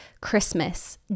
Christmas